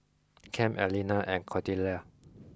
Kem Allena and Cordelia